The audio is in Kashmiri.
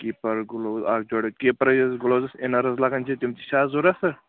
کیٖپر گُلوز اکھ جورٕ کیٖپر یُس گُلوز اِنَرٕز لَگَان چھِ تِم تہِ چھِ حظ ضوٚرَتھ سر